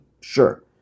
sure